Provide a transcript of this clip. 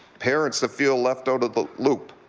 parents that feel left out of the loop.